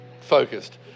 focused